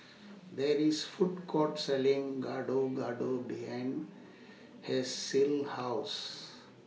There IS Food Court Selling Gado Gado behind Hershel's House